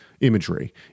imagery